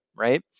Right